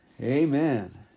Amen